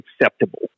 acceptable